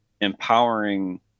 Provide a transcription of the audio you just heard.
empowering